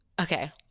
Okay